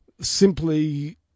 simply